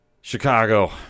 Chicago